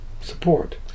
support